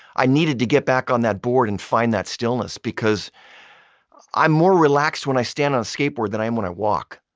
i needed to get back on that board and find that stillness because i'm more relaxed when i stand on a skateboard than i am when i walk.